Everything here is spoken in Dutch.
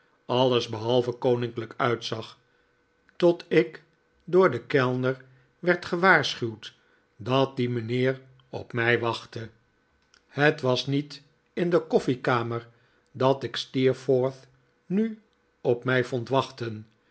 alles behalve koninklijk uitzag tot ik door den kellner werd gewaarschuwd dat die mijnheer op mij wachtte het was niet in de koffiekamer dat ik steerforth nu op mij vond wachten